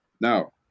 Now